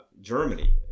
Germany